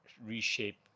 reshape